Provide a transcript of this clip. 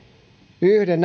yhden